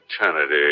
eternity